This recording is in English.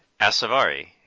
Asavari